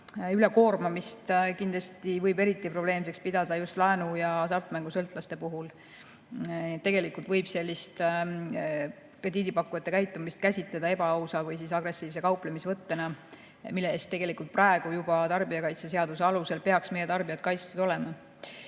ülekoormamist võib kindlasti eriti probleemseks pidada just laenu- ja hasartmängusõltlaste puhul. Tegelikult võib sellist krediidipakkujate käitumist käsitleda ebaausa või agressiivse kauplemisvõttena, mille eest juba praegu peaks tarbijakaitseseaduse alusel meie tarbijad kaitstud olema.